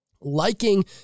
liking